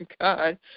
God